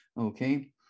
Okay